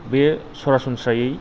बेयो सरासनस्रायै